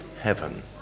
heaven